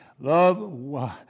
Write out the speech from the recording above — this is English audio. Love